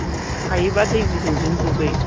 ओम हायोब्ला दै गुदुंजों दुगै